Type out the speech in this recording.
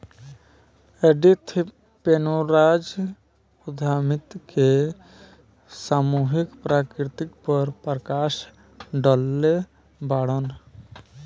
Edith Penrose उद्यमिता के सामूहिक प्रकृति पर प्रकश डलले बाड़न